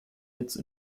its